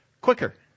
quicker